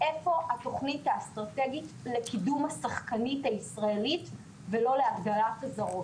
איפה התוכנית האסטרטגית לקידום השחקנית הישראלית ולא להגדלת הזרות?